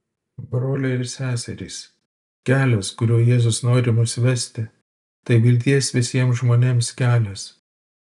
broliai ir seserys kelias kuriuo jėzus nori mus vesti tai vilties visiems žmonėms kelias